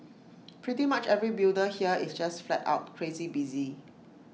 pretty much every builder here is just flat out crazy busy